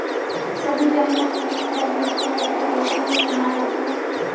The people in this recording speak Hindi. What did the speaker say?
सभी बैंकों के लिए क्या यू.पी.आई एप्लिकेशन ही इस्तेमाल होती है?